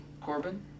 Corbin